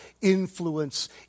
influence